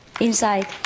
inside